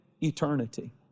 eternity